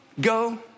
Go